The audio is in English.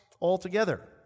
altogether